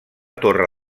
torre